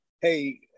hey